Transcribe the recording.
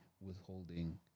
withholding